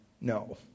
no